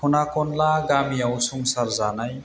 खना खनला गामियाव संसार जानाय